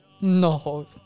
No